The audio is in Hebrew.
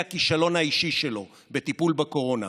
בשיא הכישלון האישי שלו בטיפול בקורונה,